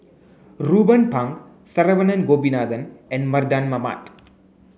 Ruben Pang Saravanan Gopinathan and Mardan Mamat